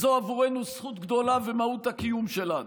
זאת עבורנו זכות גדולה ומהות הקיום שלנו.